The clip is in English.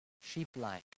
sheep-like